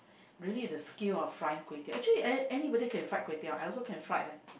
really the skill of frying kway-teow actually a~ anybody can fried kway-teow I also can fried leh